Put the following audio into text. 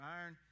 iron